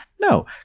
No